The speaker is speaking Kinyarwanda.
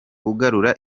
ugarura